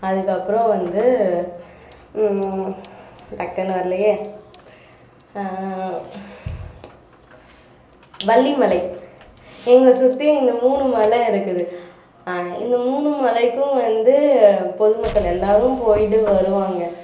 அதற்கப்பறம் வந்து டக்குன்னு வர்லையே வள்ளி மலை எங்களை சுற்றி இந்த மூணு மலை இருக்குது இந்த மூணு மலைக்கும் வந்து பொதுமக்கள் எல்லாரும் போயிட்டு வருவாங்க